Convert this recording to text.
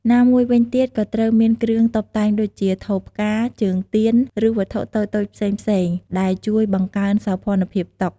ណាមួយវិញទៀតក៏ត្រូវមានគ្រឿងតុបតែងដូចជា ថូផ្កា ជើងទៀន ឬវត្ថុតូចៗផ្សេងៗ ដែលជួយបង្កើនសោភ័ណភាពតុ។